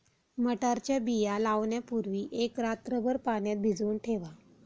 मटारच्या बिया लावण्यापूर्वी एक रात्रभर पाण्यात भिजवून ठेवा